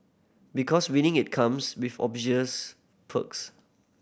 because winning it comes with obvious perks